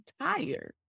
tired